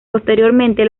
posteriormente